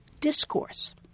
discourse